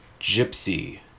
Gypsy